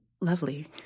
lovely